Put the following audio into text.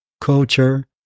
culture